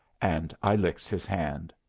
and i licks his hand.